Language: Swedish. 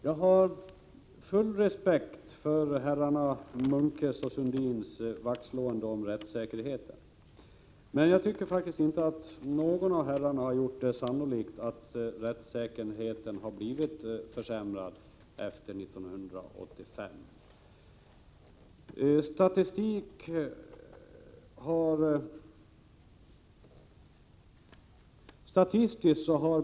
Jag har full respekt för herrarna Munkes och Sundins vaktslående om rättssäkerheten. Men jag tycker faktiskt inte att någon av herrarna har gjort det sannolikt att rättssäkerheten har blivit försämrad efter år 1985.